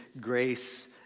grace